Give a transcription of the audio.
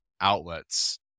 outlets